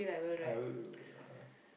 I will lah